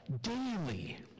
daily